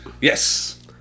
Yes